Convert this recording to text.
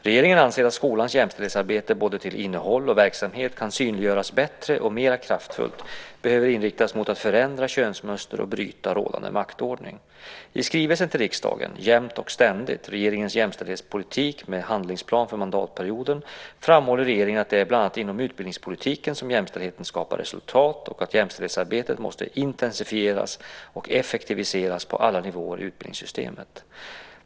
Regeringen anser att skolans jämställdhetsarbete både till innehåll och verksamhet kan synliggöras bättre och mer kraftfullt behöver inriktas mot att förändra könsmönster och bryta rådande maktordning. I skrivelsen till riksdagen Jämt och ständigt - Regeringens jämställdhetspolitik med handlingsplan för mandatperioden framhåller regeringen att det är bland annat inom utbildningspolitiken som jämställdheten skapar resultat och att jämställdhetsarbetet måste intensifieras och effektiviseras på alla nivåer i utbildningssystemet.